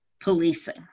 policing